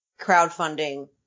crowdfunding